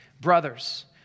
Brothers